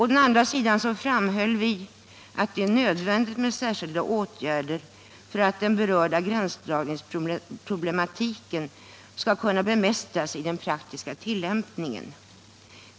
Å andra sidan framhöll vi ”att det är nödvändigt med särskilda åtgärder för att den berörda gränsdragningsproblematiken skall kunna bemästras i den praktiska tilllämpningen.